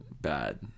bad